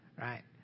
right